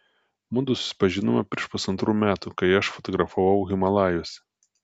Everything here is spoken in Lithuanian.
mudu susipažinome prieš pusantrų metų kai aš fotografavau himalajuose